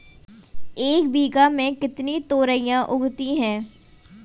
एक बीघा में कितनी तोरियां उगती हैं?